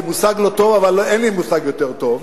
זה מושג לא טוב אבל אין לי מושג יותר טוב,